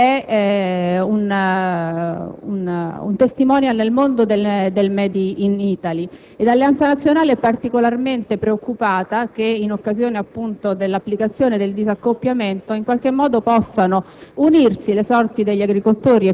Da sempre il pomodoro è un *testimonial* nel mondo del *made in Italy* ed Alleanza Nazionale è particolarmente preoccupata che, in occasione, appunto, dell'applicazione del disaccoppiamento, possano